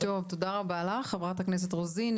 תודה רבה לך, חברת הכנסת רוזין.